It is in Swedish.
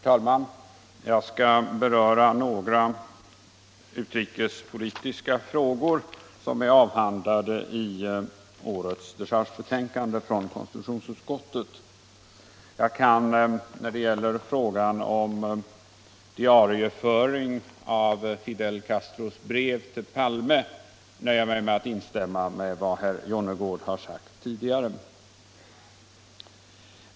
Herr talman! Jag skall beröra några utrikespolitiska frågor som är avhandlade i årets dechargebetänkande från konstitutionsutskottet. Jag kan när det gäller frågan om diarieföring av Fidel Castros brev till Palme nöja mig med att instämma i vad herr Jonnergård har sagt tidigare.